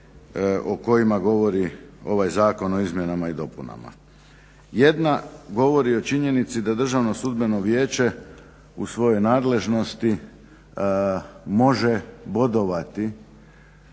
o kojima govori ovaj zakon o izmjenama i dopunama. Jedna govori o činjenici da Državno sudbeno vijeće u svojoj nadležnosti može bodovati